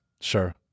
Sure